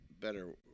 better